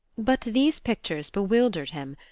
but these pictures bewildered him,